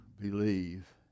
believe